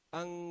ang